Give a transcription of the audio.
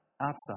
outside